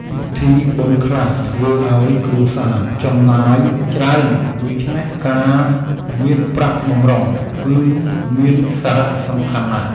ពិធីបុណ្យខ្លះធ្វើឱ្យគ្រួសារចំណាយច្រើន ដូច្នេះការមានប្រាក់បម្រុងគឺមានសារៈសំខាន់ណាស់។